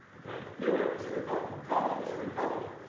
hewitt was a republican. cohen was a republican.